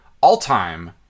all-time